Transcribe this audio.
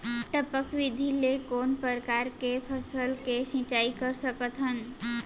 टपक विधि ले कोन परकार के फसल के सिंचाई कर सकत हन?